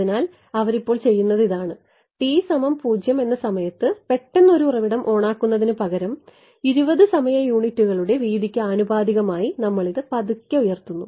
അതിനാൽ അവർ ഇപ്പോൾ ചെയ്യുന്നത് ഇതാണ് t 0 എന്ന സമയത്ത് പെട്ടെന്ന് ഒരു ഉറവിടം ഓണാക്കുന്നതിന് പകരം 20 സമയ യൂണിറ്റുകളുടെ വീതിക്ക് ആനുപാതികമായി നമ്മൾ ഇത് പതുക്കെ ഉയർത്തുന്നു